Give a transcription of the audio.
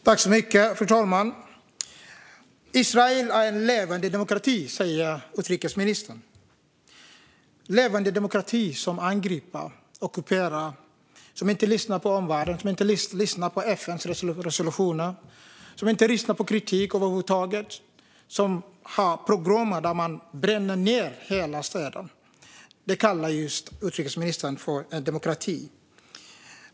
Fru talman! Israel är en levande demokrati, säger utrikesministern. En stat som angriper och ockuperar, som inte lyssnar på omvärlden, som inte lyssnar på FN:s resolutioner, som inte lyssnar på kritik över huvud taget, som har pogromer där man bränner ned hela städer - det kallar utrikesministern en demokrati.